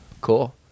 Cool